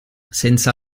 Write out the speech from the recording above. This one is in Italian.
senza